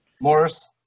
Morris